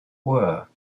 were